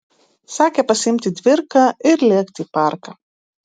sakė pasiimti dvirką ir lėkti į parką